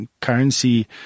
Currency